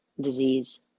disease